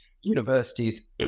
universities